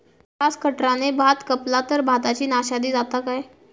Grass कटराने भात कपला तर भाताची नाशादी जाता काय?